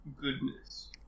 goodness